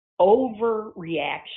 overreaction